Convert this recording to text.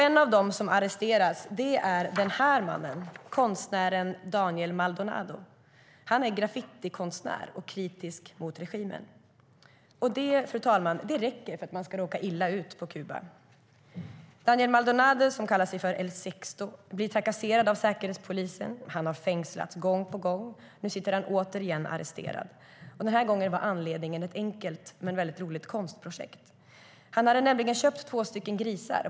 En av dem som arresterats är konstnären Daniel Maldonado. Han är graffitikonstnär och kritisk mot regimen. Det räcker för att råka illa ut på Kuba. Daniel Maldonado, som kallar sig för El Sexto, blir trakasserad av säkerhetspolisen. Han har fängslats gång på gång. Nu sitter han återigen arresterad. Den här gången var anledningen ett enkelt men väldigt roligt konstprojekt. Han hade nämligen köpt två grisar.